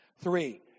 Three